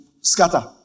scatter